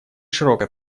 широкое